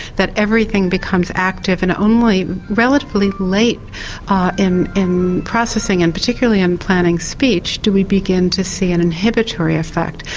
that everything becomes active, and only relatively late in in processing, and particularly in planning speech, do we begin to see an inhibitory effect.